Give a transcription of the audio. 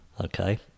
okay